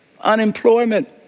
unemployment